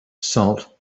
salt